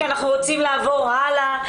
כי אנחנו רוצים לעבור הלאה.